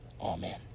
amen